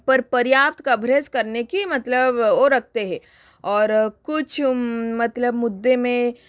पर पर्याप्त कभरेज करने का मतलब वो रखते है और कुछ मतलब मुद्दे में